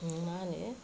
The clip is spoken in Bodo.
मा होनो